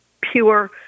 pure